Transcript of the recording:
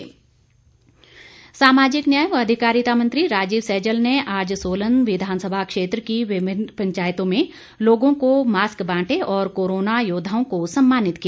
सैजल सामाजिक न्याय व अधिकारिता मंत्री राजीव सैजल ने आज सोलन विधानसभा क्षेत्र की विभिन्न पंचायतों में लोगों को मास्क बांटे और कोरोना योद्वाओं को सम्मानित किया